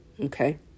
okay